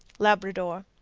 labrador.